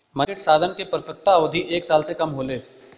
मनी market साधन क परिपक्वता अवधि एक साल से कम होले